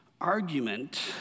argument